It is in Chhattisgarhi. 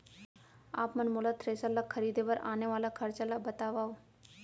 आप मन मोला थ्रेसर ल खरीदे बर आने वाला खरचा ल बतावव?